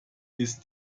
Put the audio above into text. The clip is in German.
ist